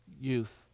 youth